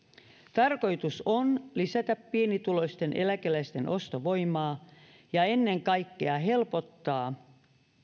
tarkoitus on lisätä pienituloisten eläkeläisten ostovoimaa ja ennen kaikkea helpottaa